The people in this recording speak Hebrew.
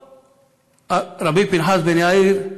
רבי פנחס בן יאיר,